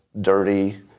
dirty